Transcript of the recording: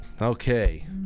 Okay